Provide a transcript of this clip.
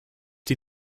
die